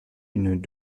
une